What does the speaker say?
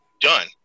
done